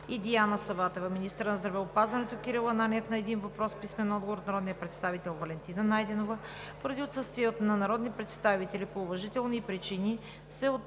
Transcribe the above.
и Диана Саватева; - министърът на здравеопазването Кирил Ананиев – на един въпрос с писмен отговор от народния представител Валентина Найденова. Поради отсъствие на народни представители по уважителни причини се отлагат